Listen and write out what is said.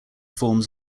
forms